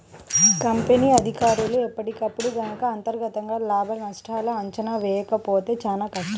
company అధికారులు ఎప్పటికప్పుడు గనక అంతర్గతంగా లాభనష్టాల అంచనా వేసుకోకపోతే చానా కష్టం